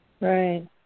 Right